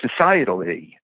societally